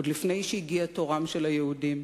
עוד לפני שהגיע תורם של היהודים.